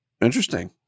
Interesting